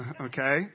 okay